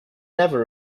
never